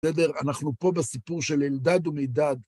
בסדר? אנחנו פה בסיפור של אלדד ומידד.